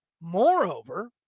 Moreover